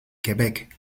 quebec